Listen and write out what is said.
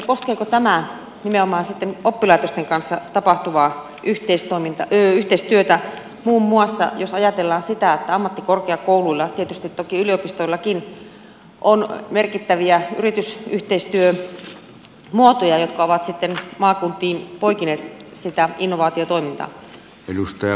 koskeeko tämä nimenomaan sitten oppilaitosten kanssa tapahtuvaa yhteistyötä muun muassa jos ajatellaan sitä että ammattikorkeakouluilla tietysti toki yliopistoillakin on merkittäviä yritysyhteistyömuotoja jotka ovat sitten maakuntiin poikineet sitä innovaatiotoimintaa